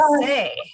say